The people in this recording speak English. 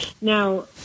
Now